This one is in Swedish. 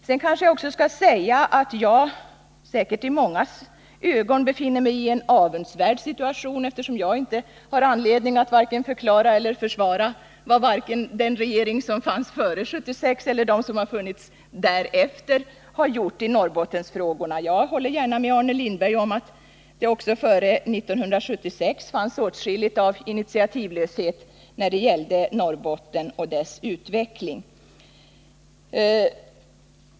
Sedan kanske jag också skall säga att jag säkert i mångas ögon befinner mig ien avundsvärd situation, eftersom jag inte har anledning att vare sig förklara eller försvara vad den regering som fanns före 1976 eller vad de regeringar som funnits därefter har gjort i Norrbottensfrågorna. Jag håller gärna med Arne Lindberg om att det också före 1976 fanns åtskilligt av initiativlöshet när det gällde Norrbotten och dess utveckling.